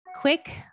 quick